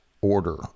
order